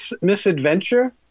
misadventure